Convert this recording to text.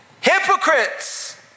Hypocrites